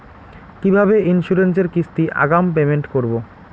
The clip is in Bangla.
কিভাবে ইন্সুরেন্স এর কিস্তি আগাম পেমেন্ট করবো?